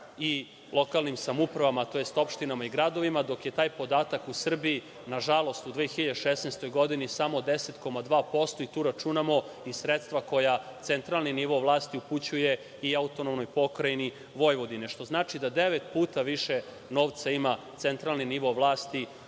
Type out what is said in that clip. i lokalnim samoupravama, tj. opštinama i gradovima, dok je taj podatak u Srbiji, nažalost u 2016. godini, samo 10,2% i tu računamo i sredstva koja centralni nivo vlasti upućuje i AP Vojvodine, što znači da devet puta više novca ima centralni nivo vlasti